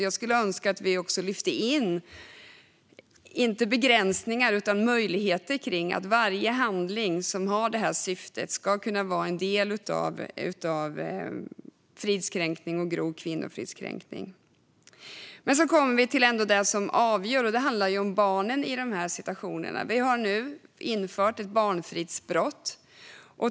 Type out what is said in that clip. Jag skulle önska att vi också lyfte in möjligheten att varje handling med detta syfte ska kunna vara en del av fridskränkning och grov kvinnofridskränkning. Sedan kommer vi till barnen i de här situationerna. Vi har nu infört ett barnfridsbrott.